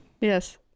Yes